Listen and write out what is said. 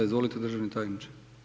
Izvolite državni tajniče.